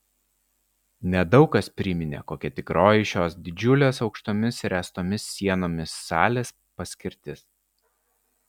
nedaug kas priminė kokia tikroji šios didžiulės aukštomis ręstomis sienomis salės paskirtis